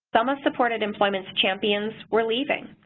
some of supported employment champions were leaving,